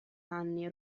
anni